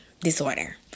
disorder